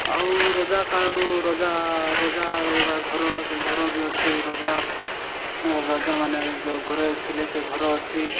ଆଉ ରଜାକାଳରୁ ରଜା ରଜା ରହିବା ଘର ସେଇ ଘର ବି ଅଛି ରଜା ରଜାମାନେ ଯେଉଁ ଘରେ ଥିଲେ ସେ ଘର ଅଛି